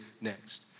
next